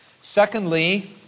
Secondly